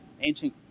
ancient